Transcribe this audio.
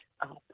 up